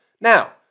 Now